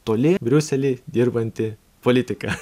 toli briusely dirbantį politiką